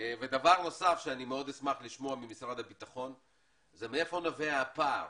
דבר נוסף שמאוד אשמח לשמוע ממשרד הבטחון זה מאיפה נובע הפער